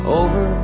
over